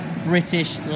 British